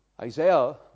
Isaiah